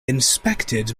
inspected